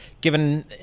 given